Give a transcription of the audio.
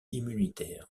immunitaire